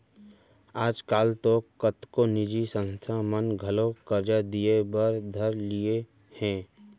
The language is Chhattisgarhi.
आज काल तो कतको निजी संस्था मन घलौ करजा दिये बर धर लिये हें